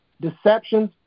deceptions